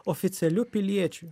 oficialiu piliečiu